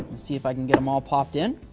see if i can get them all popped in.